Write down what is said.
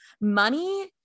money